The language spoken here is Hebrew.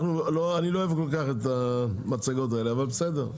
אני לא כל כך אוהב את המצגות האלה, אבל בסדר.